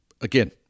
Again